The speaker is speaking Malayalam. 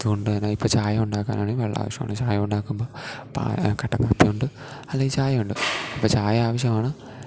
അതുകൊണ്ട് തന്നെ ഇപ്പം ചായ ഉണ്ടാക്കാനാണെങ്കിൽ വെള്ളം ആവശ്യമാണ് ചായ ഉണ്ടാക്കുമ്പോൾ പാൽ കട്ട കാപ്പി ഉണ്ട് അല്ലെങ്കിൽ ചായ ഉണ്ട് അപ്പം ചായ ആവശ്യമാണ്